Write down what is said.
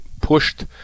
pushed